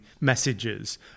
messages